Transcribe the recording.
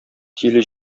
тиле